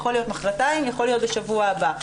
יכול להיות מחרתיים ויכול להיות בשבוע הבא.